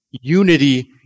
unity